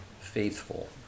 faithful